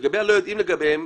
לגבי אלה שלא יודעים לגביהם,